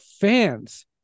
fans